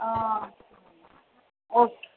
ஆ okay